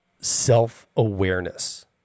self-awareness